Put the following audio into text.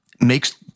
makes